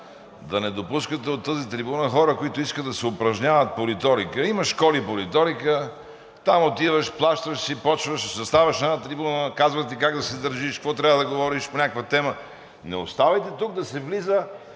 да не допускате от тази трибуна хора, които искат да се упражняват по риторика – има школи по риторика, там отиваш, плащаш си, започваш, заставаш на една трибуна, казват ти как да се държиш, какво трябва да говориш по някаква тема. Не оставяйте тук да се скача